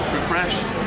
refreshed